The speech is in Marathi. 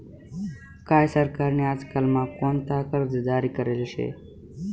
काय सरकार नी आजकाल म्हा कोणता कर्ज जारी करेल शे